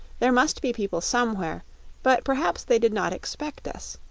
there must be people somewhere but perhaps they did not expect us,